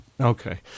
Okay